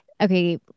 okay